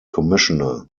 commissioner